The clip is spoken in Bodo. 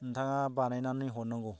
नोंथाङा बानायनानै हरनांगौ